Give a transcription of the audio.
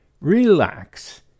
relax